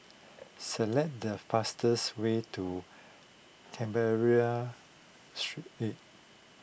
select the fastest way to Canberra Street